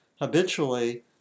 habitually